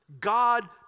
God